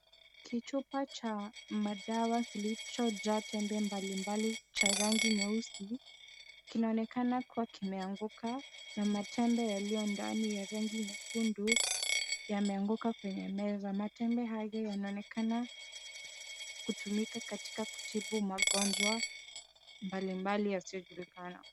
Kichupa cha madawa kilichojaa tembe mbalimbali cha rangi nyeusi, kinaonekana kuwa kimeanguka na matembe yaliyo ndani ya rangi nyekundu yameanguka kwenye meza. Matembe hayo yanaonekana kutumika katika kutibu magonjwa mbalimbali yasiyojulikana.